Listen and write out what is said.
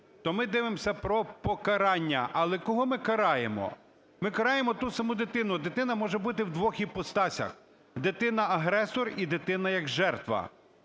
ми дивимося про покарання. Але кого ми караємо? Ми караємо ту саму дитину. Дитина може бути в двох іпостасях: дитина–агресор і дитина як жертва.